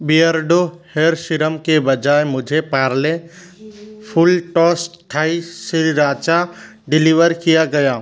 Beardo hair serum की बजाय मुझे Parle Fulltoss Thai Sriracha deliver किया गया